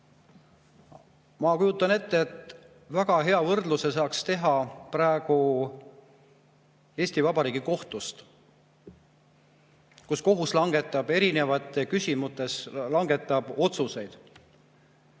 Ma kujutan ette, et väga hea võrdluse saaks teha praegu Eesti Vabariigi kohtuga. Kohtunik langetab erinevates küsimustes otsuseid.